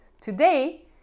today